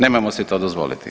Nemojmo si to dozvoliti!